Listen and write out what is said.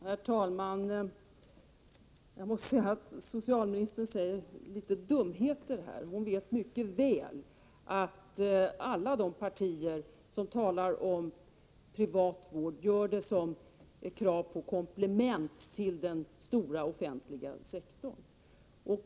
Herr talman! Jag måste säga att socialministern säger litet dumheter. Hon vet mycket väl att alla de partier som talar för privat vård vill ha den som ett komplement till den stora offentliga sektorn.